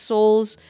Souls